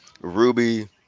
Ruby